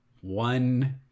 one